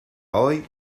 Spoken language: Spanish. hoy